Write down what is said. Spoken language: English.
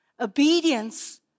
Obedience